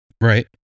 Right